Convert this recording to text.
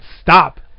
stop